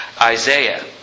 Isaiah